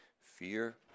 fear